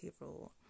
rule